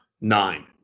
Nine